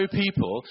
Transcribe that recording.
people